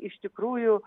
iš tikrųjų